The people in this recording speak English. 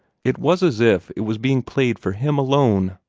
it was as if it was being played for him alone.